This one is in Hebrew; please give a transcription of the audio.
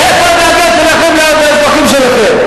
איפה הדאגה שלכם לאזרחים שלכם?